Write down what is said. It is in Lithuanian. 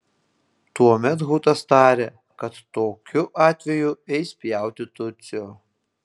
tuomet hutas tarė kad tokiu atveju eis pjauti tutsio